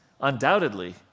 undoubtedly